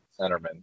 centerman